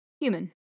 human